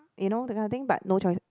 you know that kind of thing but no choice